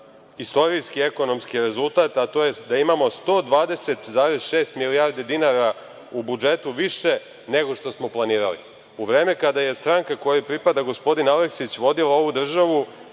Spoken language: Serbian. istorijski ekonomski rezultat, tj. da imamo 120,6 milijardi dinara u budžetu više nego što smo planirali.U vreme kada je stranka kojoj pripada gospodin Aleksić, vodila ovu državu,